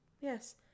yes